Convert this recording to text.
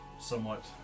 somewhat